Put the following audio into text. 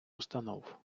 установ